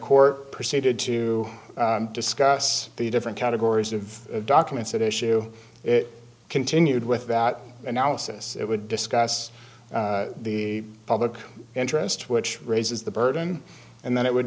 court proceeded to discuss the different categories of documents at issue it continued with that analysis it would discuss the public interest which raises the burden and then it would